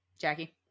Jackie